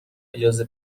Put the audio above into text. اجازه